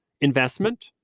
investment